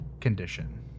condition